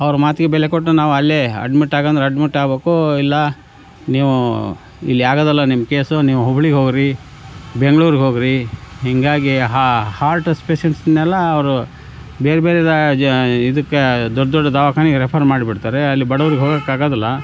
ಅವ್ರ ಮಾತಿಗೆ ಬೆಲೆಕೊಟ್ಟು ನಾವು ಅಲ್ಲೇ ಅಡ್ಮಿಟ್ ಆಗು ಅಂದರೆ ಅಡ್ಮಿಟ್ ಆಗಬೇಕು ಇಲ್ಲಾ ನೀವು ಇಲ್ಲಿ ಆಗೋದಿಲ್ಲ ನಿಮ್ಮ ಕೇಸು ನೀವು ಹುಬ್ಳಿಗೆ ಹೋಗಿರಿ ಬೆಂಗ್ಳೂರಿಗೆ ಹೋಗಿರಿ ಹೀಗಾಗಿ ಹಾರ್ಟ್ ಸ್ಪೆಸಲಿಸ್ಟ್ನೆಲ್ಲ ಅವರು ಬೇರೆ ಬೇರೆ ಜ ಇದಕ್ಕೆ ದೊಡ್ಡ ದೊಡ್ಡ ದವಾಖಾನೆಗೆ ರೆಫರ್ ಮಾಡಿಬಿಡ್ತಾರೆ ಅಲ್ಲಿ ಬಡವ್ರಿಗೆ ಹೋಗೋಕ್ಕೆ ಆಗುವುದಿಲ್ಲ